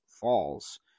falls